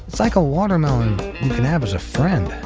like a watermelon you can have as a friend.